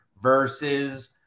versus